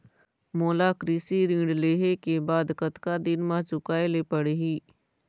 मोला कृषि ऋण लेहे के बाद कतका दिन मा चुकाए ले पड़ही?